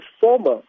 former